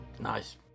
Nice